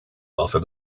often